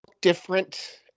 different